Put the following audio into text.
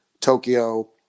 Tokyo